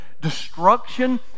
destruction